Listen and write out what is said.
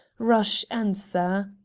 rush answer.